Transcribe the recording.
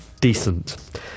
Decent